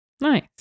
Nice